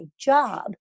job